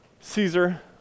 Caesar